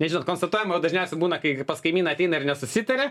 nes žinot konstatuojama dažniausiai būna kai pas kaimyną ateina ir nesusitaria